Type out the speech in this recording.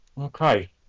Okay